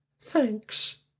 Thanks